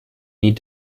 need